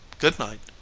good night.